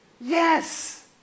Yes